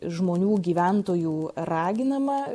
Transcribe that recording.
žmonių gyventojų raginama